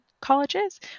colleges